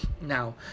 Now